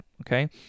Okay